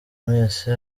mwese